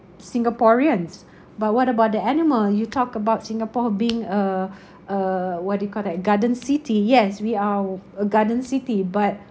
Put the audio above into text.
singaporeans but what about the animal you talked about singapore being a a what do you call that garden city yes we are a garden city but